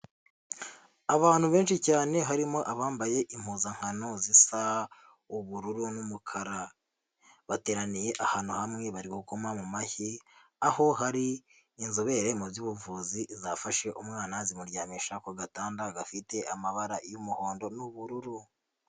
Abantu benshi cyane harimo abambaye impuzankano zisa ubururu n'umukara, bateraniye ahantu hamwe bari gukoma mu mashyi, aho hari inzobere mu z'ubuvuzi zafashe umwana zimuryamisha ku gatanda gafite amabara y'umuhondo n'ubururu.